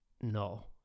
no